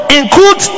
include